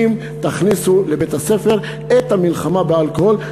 אם תכניסו לבית-הספר את המלחמה באלכוהול,